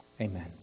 Amen